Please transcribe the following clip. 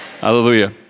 hallelujah